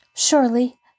Surely